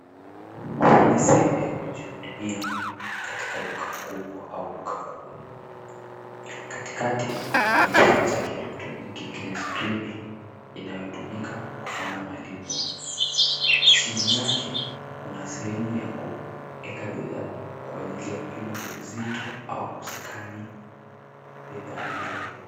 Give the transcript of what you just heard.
Hii ni sehemu ya kujihudumia katika duka kubwa au duka kuu. Katikati kuna kifaa cha kielektroniki chenye skirini inayotumika kufanya malipo. Chini yake kuna sehemu ya kuweka bidhaa kwa ajili ya kupima uzito au kuskani bidhaa ile.